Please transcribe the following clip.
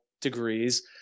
degrees